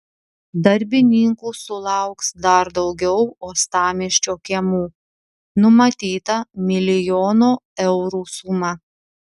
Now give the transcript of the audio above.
darbininkų sulauks dar daugiau uostamiesčio kiemų numatyta milijono eurų suma